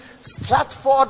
Stratford